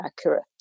accurate